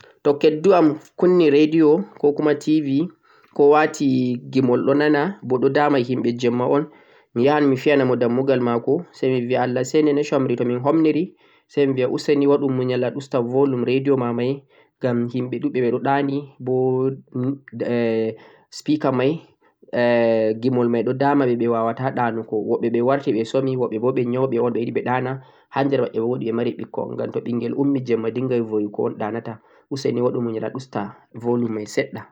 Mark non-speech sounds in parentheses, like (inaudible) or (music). to keddu am kunni radio, 'ko kuma' TV, ko wa'ti gimol ɗo nana, bo ɗo dama himɓe jeemma un, mi yahan mi fiyanamo ndambugal maako, say mi biya Allah sene, no cumri? to min humniri, say mi biya useni waɗu muyal a usta bolume radio ma may ngam himɓe luɓɓe ɓe ɗo ɗa'ni bo hesitation, speaker may (hesitation) gimol may ɗo dama ɓe waawaata ɗa'nugo, woɓɓe ɓe warti ɓe somi woɓɓe bo ɓe nyawuɓe un ɓe yiɗi ɓe ɗa'na, ha nder maɓɓe bo woodi ɓe mari ɓikkon, ngam to ɓinngel ummi jeemma ɓedinngay boyu go un ɗa'nata, useni waɗu muyal a usta bolume may seɗɗa.